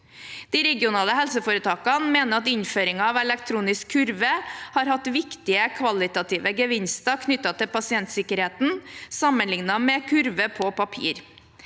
De regionale helseforetakene mener at innføringen av elektronisk kurve har hatt viktige kvalitative gevinster knyttet til pasientsikkerheten, sammenlignet med kurve på papir.